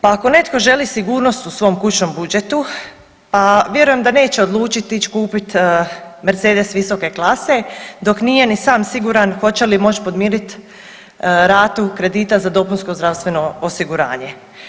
Pa ako netko želi sigurnost u svom kućnom budžetu pa vjerujem da neće odlučit ić kupit Mercedes visoke klase dok nije ni sam siguran hoće li moć podmirit ratu kredita za dopunsko zdravstveno osiguranje.